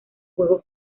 juego